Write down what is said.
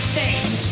States